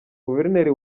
guverineri